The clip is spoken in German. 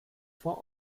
vor